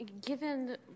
Given